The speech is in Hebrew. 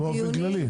אה באופן כללי.